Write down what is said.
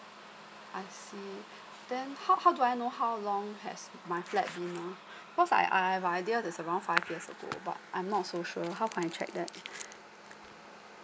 I see then how how do I know how long has my flat being ah cause I I live here there's around five years ago but I'm not so sure how can I check that